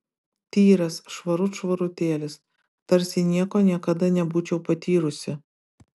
tyras švarut švarutėlis tarsi nieko niekada nebūčiau patyrusi